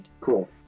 Cool